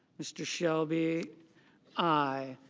mr. shelby i.